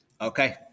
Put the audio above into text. Okay